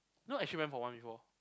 know actually I went for one before